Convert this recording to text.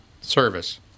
service